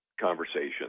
conversation